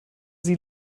sie